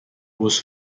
was